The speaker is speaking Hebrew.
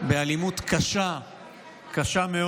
באלימות קשה מאוד.